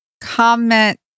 comment